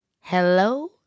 hello